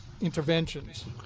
interventions